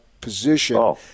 position